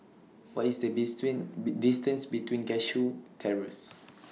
What IS The distance to Cashew Terrace